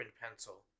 pencil